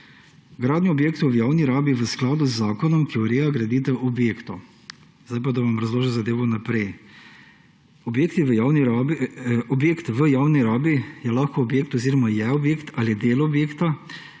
gradnja objektov v javni rabi v skladu z zakonom, ki ureja graditev objektov. Sedaj pa bom razložil zadevo naprej. Objekt v javni rabi je lahko objekt oziroma je objekt ali del objekta,